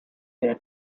their